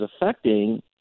affecting